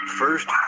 First